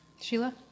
Sheila